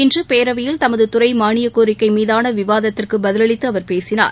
இன்று பேரவையில் தமது துறை மானியக்கோரிக்கை மீதான விவாதத்திற்கு பதிலளித்து அவர் பேசினார்